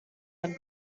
are